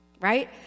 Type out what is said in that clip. right